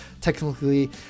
technically